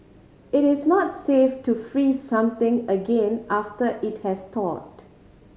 it is not safe to freeze something again after it has thawed